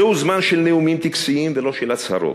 זהו זמן של נאומים טקסיים ולא של הצהרות,